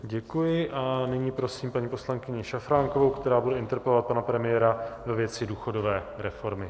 Děkuji a nyní prosím paní poslankyni Šafránkovou, která bude interpelovat pana premiéra ve věci důchodové reformy.